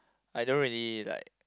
I don't really like